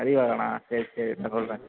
அறிவழகனா சரி சரி இதோ சொல்கிறேன்